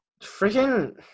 freaking